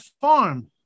farm